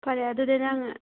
ꯐꯔꯦ ꯑꯗꯨꯗꯤ ꯅꯪ